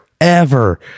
forever